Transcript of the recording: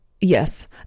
yes